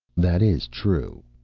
that is true,